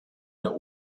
der